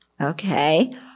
okay